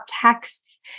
texts